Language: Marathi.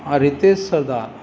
हा रितेश सदा